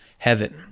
heaven